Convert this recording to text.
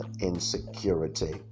insecurity